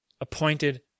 Appointed